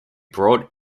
broad